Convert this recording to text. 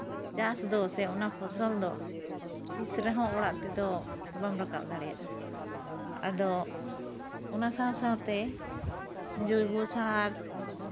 ᱪᱟᱥ ᱫᱚ ᱥᱮ ᱚᱱᱟ ᱯᱷᱚᱥᱚᱞ ᱫᱚ ᱛᱤᱥ ᱨᱮᱦᱚᱸ ᱚᱲᱟᱜ ᱛᱮᱫᱚ ᱵᱟᱢ ᱨᱟᱠᱟᱵ ᱫᱟᱲᱮᱭᱟᱜᱼᱟ ᱟᱫᱚ ᱚᱱᱟ ᱥᱟᱶ ᱥᱟᱶᱛᱮ ᱡᱳᱭᱵᱚ ᱥᱟᱨ